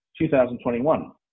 2021